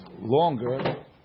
longer